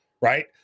right